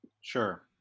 Sure